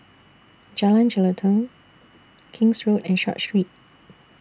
Jalan Jelutong King's Road and Short Street